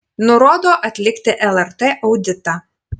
nurodo atlikti lrt auditą